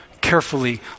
carefully